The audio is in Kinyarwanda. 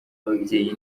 ababyeyi